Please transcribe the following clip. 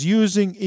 using